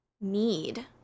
need